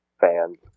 fans